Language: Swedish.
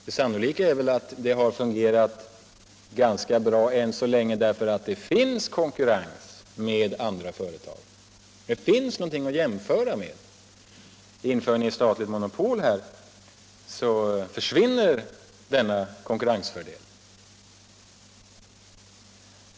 Det sannolika är väl att det hittills har fungerat ganska bra därför att det finns konkurrens med andra företag. Det finns nu någonting att jämföra med, men inför ni ett statligt monopol här, försvinner denna konkurrensfördel.